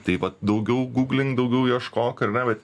tai vat daugiau guglink daugiau ieškok ar ne vat